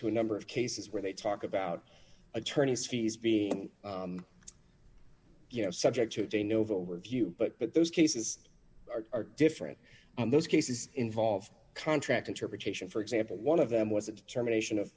to a number of cases where they talk about attorneys fees being you know subject today novo review but those cases are different and those cases involve contract interpretation for example one of them was a determination